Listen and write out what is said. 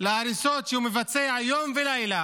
להריסות שהוא מבצע יום ולילה